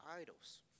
idols